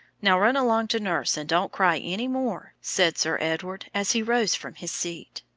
now run along to nurse, and don't cry any more, said sir edward, as he rose from his seat.